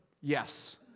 yes